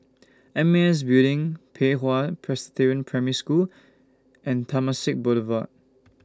M A S Building Pei Hwa Presbyterian Primary School and Temasek Boulevard